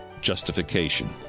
justification